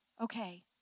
okay